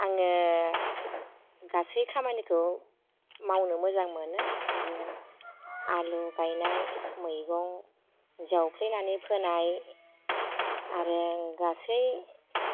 आङो गासै खामानिखौ मावनो मोजां मोनो आरो आलु गायनाय मैगं जावफ्लेनानै फोनाय आरो आं गासै